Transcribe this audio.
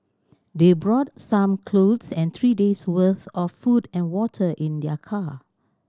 they brought some clothes and three days' worth of food and water in their car